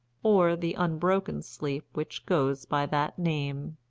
or the unbroken sleep which goes by that name.